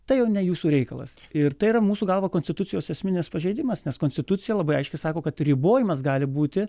tai jau ne jūsų reikalas ir tai yra mūsų galva konstitucijos esminis pažeidimas nes konstitucija labai aiškiai sako kad ribojimas gali būti